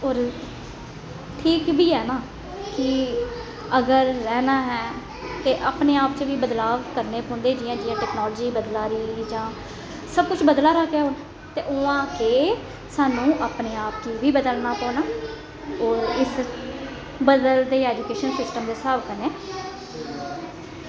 होर ठीक बी ऐ ना कि अगर रैह्ना ऐ ते अपने आप च बदलाव करने पौंदे जियां जियां टैकनालजी बदला दी जां सब कुछ बदला दा गै ऐ हून उ'आं गै सानूं अपने आप गी बी बदलना पौना होर इस बदलदे ऐजुकेशन सिस्टम दे स्हाब कन्नै